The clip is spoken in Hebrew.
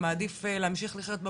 אני מניחה